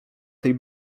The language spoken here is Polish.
tej